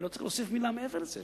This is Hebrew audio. אני לא צריך להוסיף מלה מעבר לזה.